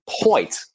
point